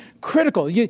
critical